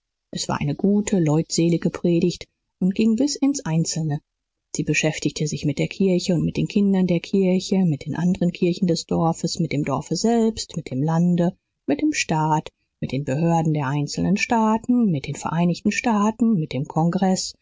es war eine gute leutselige predigt und ging bis ins einzelne sie beschäftigte sich mit der kirche und mit den kindern der kirche mit den anderen kirchen des dorfes mit dem dorfe selbst mit dem lande mit dem staat mit den behörden der einzelnen staaten mit den vereinigten staaten mit dem kongreß